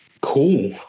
cool